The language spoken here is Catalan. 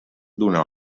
d’una